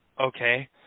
okay